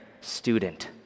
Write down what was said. student